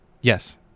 Yes